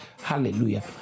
hallelujah